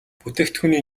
бүтээгдэхүүний